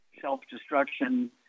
self-destruction